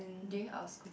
during our school